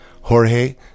jorge